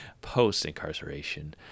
post-incarceration